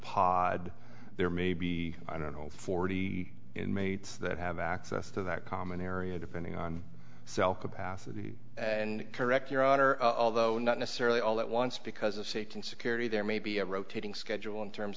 pod there may be i don't know forty inmates that have access to that common area depending on cell capacity and correct your honor although not necessarily all at once because of safety and security there may be a rotating schedule in terms